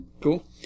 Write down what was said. cool